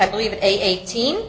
i believe eighteen